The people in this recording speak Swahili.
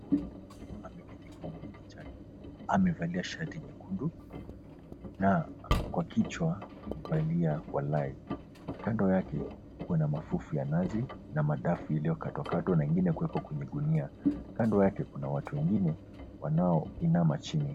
Huyu ameketi kwenye kiti chake, amevalia shati nyekundu na kwa kichwa amevalia walai . Kando yake kuna mafufu ya nazi na madafu iliyokatwakatwa na ingine kuwekwa kwenye gunia. Kando yake kuna watu wengine wanaoinama chini.